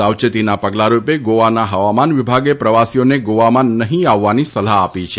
સાવચેતીના પગલા રૂપે ગોવાના ફવામાન વિભાગે પ્રવાસીઓને ગોવામાં નહીં આવવાની સલાહ આપી છે